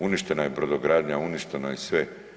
Uništena je brodogradnja, uništeno je sve.